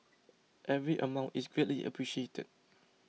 every amount is greatly appreciated